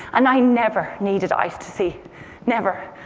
and i never needed eyes to see never.